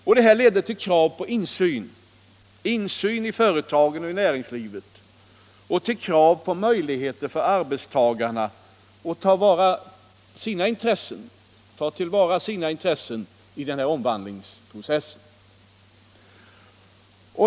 Och detta ledde till krav på insyn — i företagen och näringslivet — och krav på möjligheter för arbetstagarna att ta till vara sina intressen i denna omvandlingsprocess.